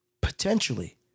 potentially